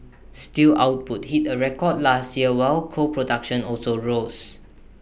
steel output hit A record last year while coal production also rose